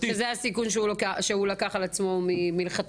-- זה הסיכון שהוא לקחת על עצמו מלכתחילה.